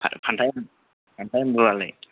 फान्थाव फान्थाव फान्थाव एम्बुआलाय